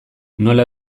nola